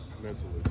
mentally